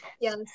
Yes